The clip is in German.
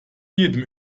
jedem